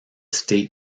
state